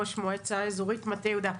ראש המועצה האזורית מטה יהודה.